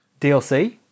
DLC